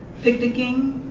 picnicking,